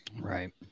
Right